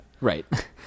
Right